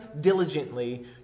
diligently